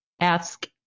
ask